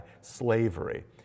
slavery